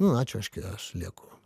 nu ačiū aš gi aš lieku